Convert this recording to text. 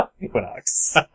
Equinox